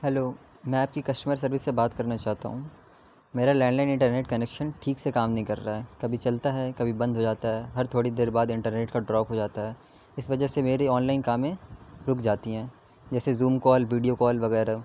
hello میں آپ کی کسٹمر سروس سے بات کرنا چاہتا ہوں میرا لینڈ لائن انٹرنیٹ کنیکشن ٹھیک سے کام نہیں کر رہا ہے کبھی چلتا ہے کبھی بند ہو جاتا ہے ہر تھوڑی دیر بعد انٹرنیٹ کا ڈراپ ہو جاتا ہے اس وجہ سے میری آن لائن کامیں رک جاتی ہیں جیسے زوم کال ویڈیو کال وغیرہ